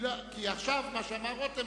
כי עכשיו מה שאמר רותם,